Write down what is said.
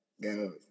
go